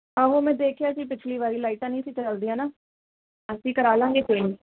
ਆਹੋ ਮੈਂ ਦੇਖਿਆ ਸੀ ਪਿਛਲੀ ਵਾਰੀ ਲਾਈਟਾਂ ਨਹੀਂ ਸੀ ਚੱਲਦੀਆਂ ਨਾ ਅਸੀਂ ਕਰਾ ਲਵਾਂਗੇ ਪੇਂਟ